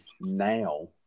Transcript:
now